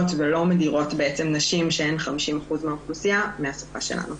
ולא מדירות נשים שהן 50% מהאוכלוסייה מהשפה שלנו.